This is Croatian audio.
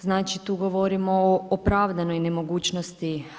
Znači, tu govorimo o opravdanoj nemogućnosti.